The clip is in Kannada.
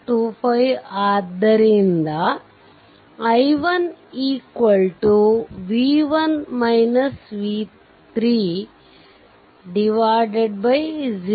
25 ಆದ್ದರಿಂದ i1 0